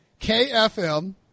KFM